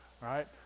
right